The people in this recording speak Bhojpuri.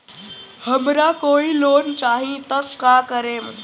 हमरा कोई लोन चाही त का करेम?